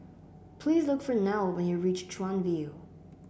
please look for Nelle when you reach Chuan View